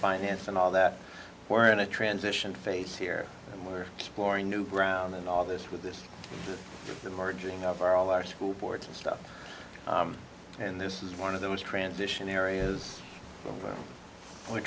finance and all that we're in a transition phase here and we're exploring new ground in all this with this merging of our all our school boards and stuff and this is one of those transition areas w